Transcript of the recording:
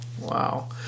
Wow